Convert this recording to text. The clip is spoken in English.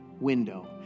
window